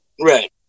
Right